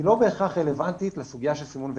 לא בהכרח רלוונטית לסוגיה של סימון והתקנים.